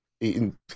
Eating